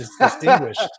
distinguished